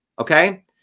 okay